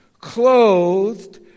clothed